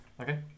Okay